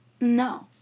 No